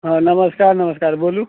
हँ नमस्कार नमस्कार बोलु